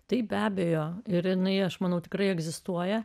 tai be abejo ir jinai aš manau tikrai egzistuoja